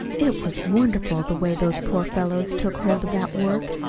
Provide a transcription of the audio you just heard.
it was wonderful, the way those poor fellows took hold of that work!